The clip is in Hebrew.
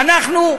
ואנחנו,